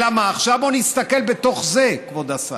אלא מה, עכשיו בוא נסתכל בתוך זה, כבוד השר.